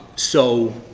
so,